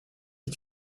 est